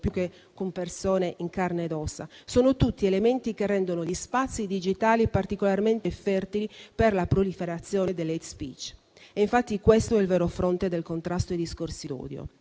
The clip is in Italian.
più che con persone in carne e ossa sono tutti elementi che rendono gli spazi digitali particolarmente fertili per la proliferazione dell'*hate speech* e infatti questo è il vero fronte del contrasto ai discorsi d'odio.